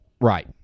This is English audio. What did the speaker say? Right